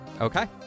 Okay